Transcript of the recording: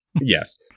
Yes